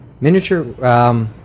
Miniature –